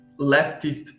leftist